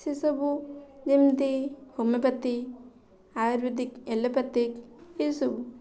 ସେସବୁ ଯେମିତି homeopathy ayurvedic allopathy ଏସବୁ